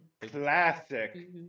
classic